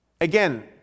Again